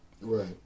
Right